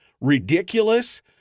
ridiculous